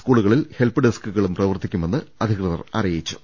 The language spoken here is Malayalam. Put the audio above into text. സ്കൂളുകളിൽ ഹെൽപ്ഡെസ്കുക ളും പ്രവർത്തിക്കുമെന്ന് അധികൃതർ അറിയിച്ചു